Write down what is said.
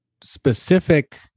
specific